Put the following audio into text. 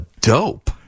dope